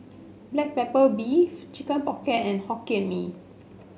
Black Pepper Beef Chicken Pocket and Hokkien Mee